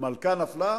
"מלכה נפלה".